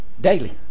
Daily